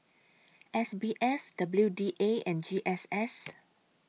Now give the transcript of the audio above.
S B S W D A and G S S